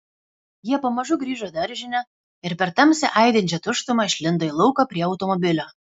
jie pamažu grįžo į daržinę ir per tamsią aidinčią tuštumą išlindo į lauką prie automobilio